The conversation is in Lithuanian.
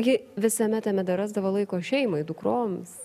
ji visame tame dar rasdavo laiko šeimai dukroms